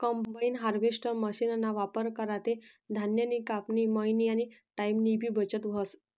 combine harvester मशीनना वापर करा ते धान्यनी कापनी, मयनी आनी टाईमनीबी बचत व्हस